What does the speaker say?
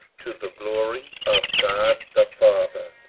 to the glory of god the father.